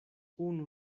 unu